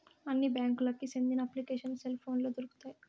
అన్ని బ్యాంకులకి సెందిన అప్లికేషన్లు సెల్ పోనులో దొరుకుతాయి